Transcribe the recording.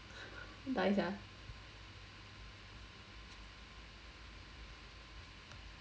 die sia